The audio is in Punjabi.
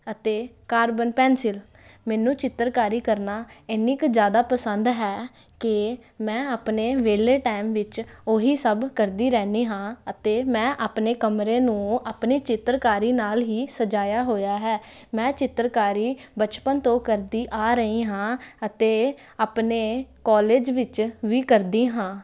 ਅਤੇ ਕਾਰਬਨ ਪੈਨਸਿਲ ਮੈਨੂੰ ਚਿੱਤਰਕਾਰੀ ਕਰਨਾ ਇੰਨੀ ਕੁ ਜ਼ਿਆਦਾ ਪਸੰਦ ਹੈ ਕਿ ਮੈਂ ਆਪਣੇ ਵਿਹਲੇ ਟਾਈਮ ਵਿੱਚ ਉਹੀ ਸਭ ਕਰਦੀ ਰਹਿੰਦੀ ਹਾਂ ਅਤੇ ਮੈਂ ਆਪਣੇ ਕਮਰੇ ਨੂੰ ਆਪਣੇ ਚਿੱਤਰਕਾਰੀ ਨਾਲ ਹੀ ਸਜਾਇਆ ਹੋਇਆ ਹੈ ਮੈਂ ਚਿੱਤਰਕਾਰੀ ਬਚਪਨ ਤੋਂ ਕਰਦੀ ਆ ਰਹੀ ਹਾਂ ਅਤੇ ਆਪਣੇ ਕਾਲਜ ਵਿੱਚ ਵੀ ਕਰਦੀ ਹਾਂ